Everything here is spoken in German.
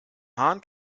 hahn